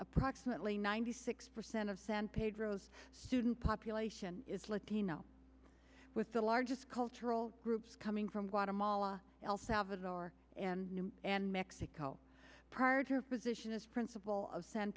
approximately ninety six percent of san pedro student population is latino with the largest cultural groups coming from guatemala el salvador and new and mexico prior to her position as principal of san